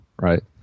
right